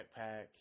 backpack